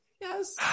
Yes